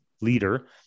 leader